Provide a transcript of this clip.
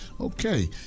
Okay